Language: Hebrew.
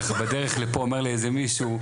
ככה בדרך לפה אומר לאיזה מישהו,